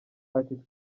ati